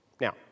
Now